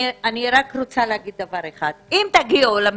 אני רוצה להגיד רק דבר אחד: אם